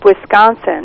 wisconsin